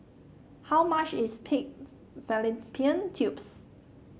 how much is Pigs Fallopian Tubes